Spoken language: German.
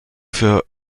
für